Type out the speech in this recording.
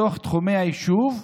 הערכים שלך.